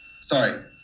Sorry